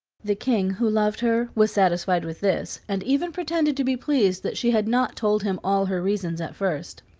the king, who loved her, was satisfied with this, and even pretended to be pleased that she had not told him all her reasons at first.